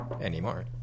anymore